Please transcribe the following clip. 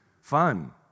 fun